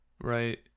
Right